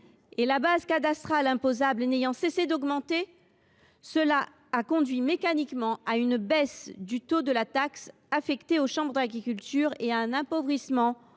et la base cadastrale imposable n’a cessé d’augmenter. Cela a conduit mécaniquement à une baisse du taux de la taxe affectée aux chambres d’agriculture et à l’appauvrissement